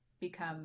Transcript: become